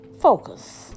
Focus